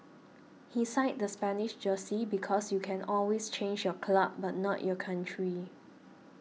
he signed the Spanish jersey because you can always change your club but not your country